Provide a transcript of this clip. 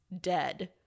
dead